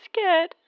scared